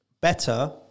better